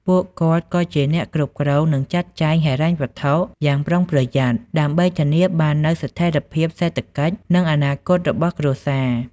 ពួកគាត់ក៏ជា អ្នកគ្រប់គ្រង និងចាត់ចែងហិរញ្ញវត្ថុ យ៉ាងប្រុងប្រយ័ត្នដើម្បីធានាបាននូវស្ថិរភាពសេដ្ឋកិច្ច និងអនាគតរបស់គ្រួសារ។